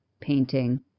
painting